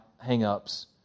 hang-ups